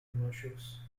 commercials